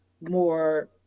more